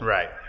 Right